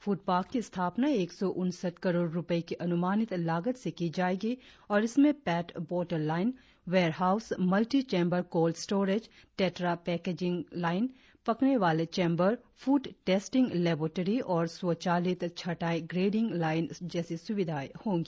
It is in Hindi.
फ्रड पार्क की स्थापना एक सौ उनसठ करोड़ रुपये की अनुमानित लागत से की जाएगी और इसमें पेट बोतल line warehouse multi chamber cold storage tetra packaging line पकने वाले चैंबर फूड टेस्टिंग लेबोटरी और स्वचालित छँटाई ग्रेडिंग लाइन जैसी सुविधाए होंगी